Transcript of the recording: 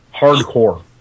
Hardcore